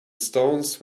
stones